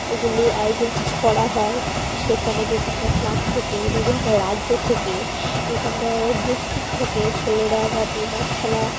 ওগুলি আয়োজন করা হয় সেখানে বিভিন্ন ক্লাব থেকে বিভিন্ন রাজ্য থেকে বিভিন্ন ডিস্ট্রিক্ট থেকে ছেলেরা বা মেয়েরা খেলা